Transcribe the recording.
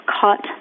caught